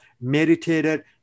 meditated